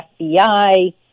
FBI